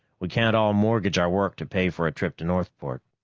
we can't all mortgage our work to pay for a trip to northport.